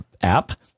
app